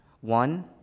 One